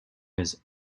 his